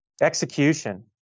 Execution